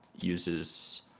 uses